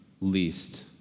least